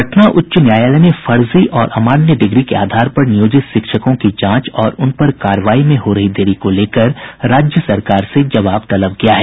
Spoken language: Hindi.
पटना उच्च न्यायालय ने फर्जी और अमान्य डिग्री के आधार पर नियोजित शिक्षकों की जांच और उन पर कार्रवाई में हो रही देरी को लेकर राज्य सरकार से जवाब तलब किया है